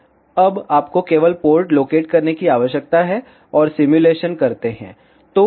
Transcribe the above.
अब आपको केवल पोर्ट लोकेट करने की आवश्यकता है और सिमुलेशन करते हैं